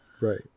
Right